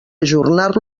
ajornar